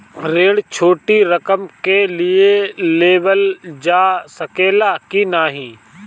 ऋण छोटी रकम के लिए लेवल जा सकेला की नाहीं?